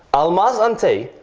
almaz-antei,